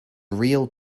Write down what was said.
real